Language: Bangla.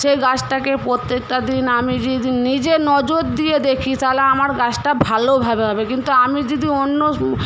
সেই গাছটাকে প্রত্যেকটা দিন আমি যদি নিজে নজর দিয়ে দেখি তাহলে আমার গাছটা ভালোভাবে হবে কিন্তু আমি যদি অন্য